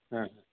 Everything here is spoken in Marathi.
हां हां